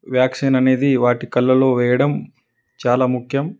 vaccine అనేది వాటి కళ్ళలో వేయడం చాలా ముఖ్యం